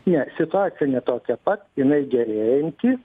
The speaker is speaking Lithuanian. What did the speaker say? ne situacija ne tokia pat jinai gerėjanti